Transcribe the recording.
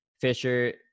Fisher